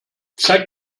zeig